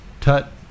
Tut